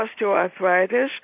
osteoarthritis